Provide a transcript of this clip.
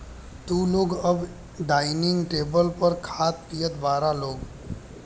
तू लोग अब डाइनिंग टेबल पर खात पियत बारा लोग